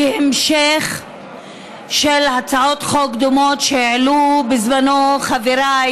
כהמשך של הצעות חוק דומות שהעלו בזמנו חבריי,